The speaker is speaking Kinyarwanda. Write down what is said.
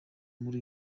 muri